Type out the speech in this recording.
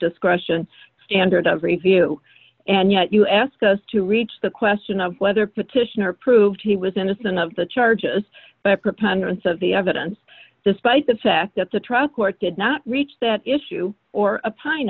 discretion standard of review and yet you ask us to reach the question of whether petitioner proved he was innocent of the charges but a preponderance of the evidence despite the fact that the trial court did not reach that issue or a pine